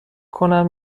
کنم